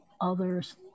others